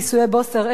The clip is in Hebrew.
נישואי בוסר,